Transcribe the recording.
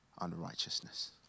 unrighteousness